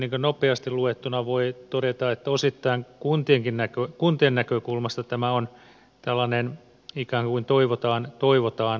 noin nopeasti luettuna voi todeta että osittain kuntien näkökulmasta tämä on ikään kuin tällainen toivotaan toivotaan laki